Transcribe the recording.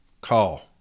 call